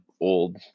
old